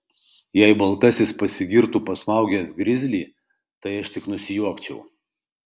jei baltasis pasigirtų pasmaugęs grizlį tai aš tik nusijuokčiau